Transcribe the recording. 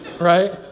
Right